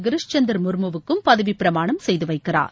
கிரிஷ் சந்தர் முா்மூவுக்கு பதவிப்பிரமாணம் செய்து வைக்கிறார்